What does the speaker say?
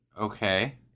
Okay